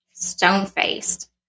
stone-faced